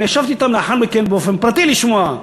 אני ישבתי אתם לאחר מכן באופן פרטי, לשמוע,